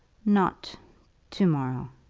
not to-morrow.